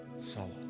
soul